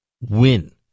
Win